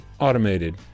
automated